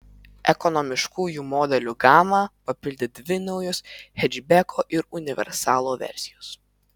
ekonomiškųjų modelių gamą papildė dvi naujos hečbeko ir universalo versijos